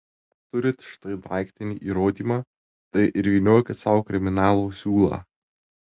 turit štai daiktinį įrodymą tai ir vyniokit sau kriminalo siūlą